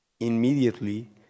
Immediately